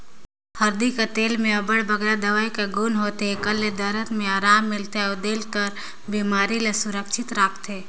हरदी कर तेल में अब्बड़ बगरा दवई कर गुन होथे, एकर ले दरद में अराम मिलथे अउ दिल कर बेमारी ले सुरक्छित राखथे